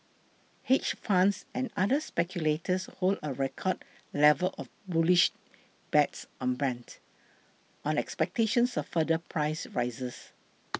hedge funds and other speculators hold a record level of bullish bets on Brent on expectations of further price rises